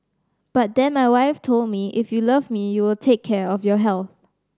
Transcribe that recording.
but then my wife told me if you love me you will take care of your health